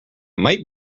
might